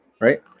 right